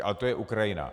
Ale to je Ukrajina.